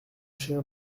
chien